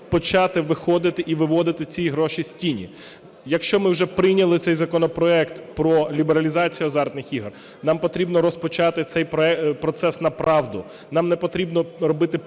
почати виходити і виводити ці гроші з тіні. Якщо ми вже прийняли цей законопроект про лібералізацію азартних ігор, нам потрібно розпочати цей процес направду, нам не потрібно робити